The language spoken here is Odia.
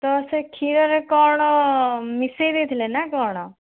ତ ସେ କ୍ଷୀରରେ କ'ଣ ମିଶାଇ ଦେଇଥିଲେ ନା କ'ଣ